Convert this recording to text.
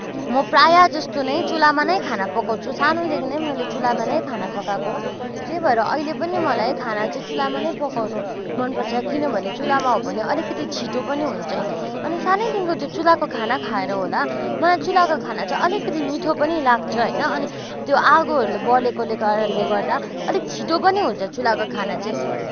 म प्रायः जस्तो मै चुलोमा नै खाना पकाउँछु सानोदेखि नै मैले चुलोमा नै खाना पकाएको त्यही भएर अहिले पनि मलाई खाना चाहिँ चुलामा नै पकाउनु मन पर्छ किनभने चुलोमा हो भने अलिकति छिटो पनि हुन्छ अनि सानैदेखिको त्यो चुल्हाको खाना खाएर होला मलाई चुल्हाको खाना चाहिँ अलिकति मिठो पनि लाग्छ होइन अनि आगोहरूले बलेको कारणले गर्दा अलिक छिटो पनि हुन्छ चुलोको खाना चाहिँ